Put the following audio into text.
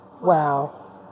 Wow